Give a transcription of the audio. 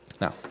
Now